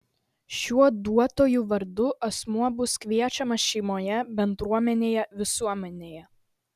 šiuo duotuoju vardu asmuo bus kviečiamas šeimoje bendruomenėje visuomenėje